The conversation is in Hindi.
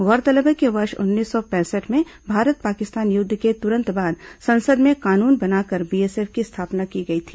गौरतलब है कि वर्ष उन्नीस सौ पैंसठ में भारत पाकिस्तान युद्ध के तुरंत बाद संसद में कानून बनाकर बीएसएफ की स्थापना की गई थी